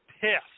pissed